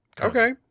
Okay